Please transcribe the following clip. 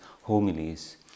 homilies